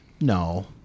No